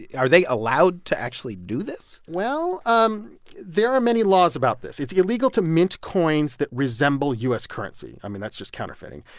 yeah are they allowed to actually do this? well, um there are many laws about this. it's illegal to mint coins that resemble u s. currency. i mean, that's just counterfeiting.